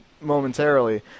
momentarily